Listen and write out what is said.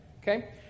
Okay